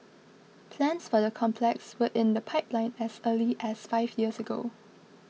plans for the complex were in the pipeline as early as five years ago